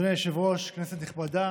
אדוני היושב-ראש, כנסת נכבדה,